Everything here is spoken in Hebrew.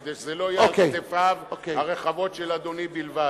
כדי שזה לא יהיה על כתפיו הרחבות של אדוני בלבד.